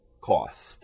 cost